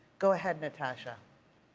go ahead, natasha.